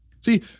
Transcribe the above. See